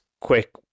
quick